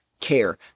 care